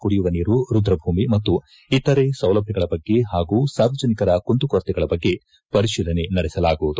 ಕುಡಿಯುವ ನೀರು ರುದ್ರಭೂಮಿ ಮತ್ತು ಇತರೆ ಸೌಲಭ್ಯಗಳ ಬಗ್ಗೆ ಹಾಗೂ ಸಾರ್ವಜನಿಕರ ಕುಂದುಕೊರತೆಗಳ ಬಗ್ಗೆ ಪರಿಶೀಲನೆ ನಡೆಸಲಾಗುವುದು